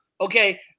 okay